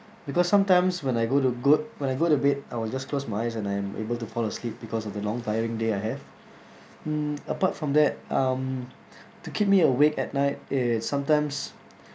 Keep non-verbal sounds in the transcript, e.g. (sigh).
because sometimes when I go to got~ when I go to bed I will just close my eyes and I am able to fall asleep because of the long tiring day I have mm apart from that um (breath) to keep me awake at night it's sometimes